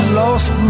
lost